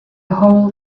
whole